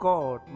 God